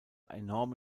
enorme